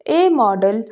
ਇਹ ਮੋਡਲ